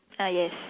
ah yes